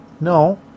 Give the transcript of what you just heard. No